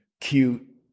cute